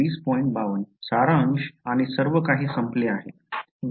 विद्यार्थीः सारांश आणि सर्व काही संपले आहे